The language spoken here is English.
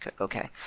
okay